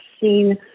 seen